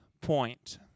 point